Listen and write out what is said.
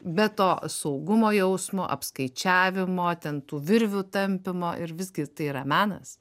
be to saugumo jausmo apskaičiavimo ten tų virvių tampymo ir visgi tai yra menas